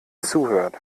zuhört